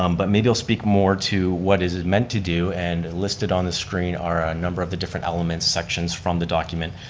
um but maybe it'll speak more to what is it meant to do and listed on the screen are a number of the different element sections from the document,